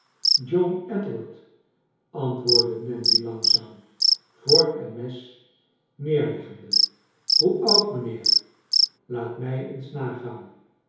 edward antwoordde nandy langzaam vork en mes neerleggende hoe oud mijnheer laat mij eens nagaan